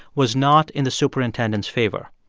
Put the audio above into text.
was not in the superintendent's favor.